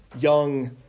Young